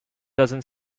dozen